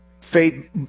faith